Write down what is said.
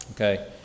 Okay